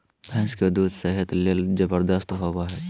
भैंस के दूध सेहत ले जबरदस्त होबय हइ